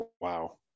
Wow